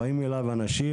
באים אליו אנשים,